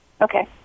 Okay